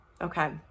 Okay